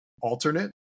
alternate